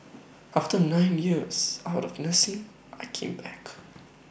after nine years out of nursing I came back